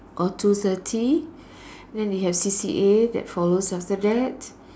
or two thirty then you have C_C_A that follows after that